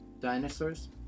dinosaurs